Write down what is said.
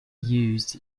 used